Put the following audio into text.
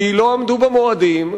כי לא עמדו במועדים,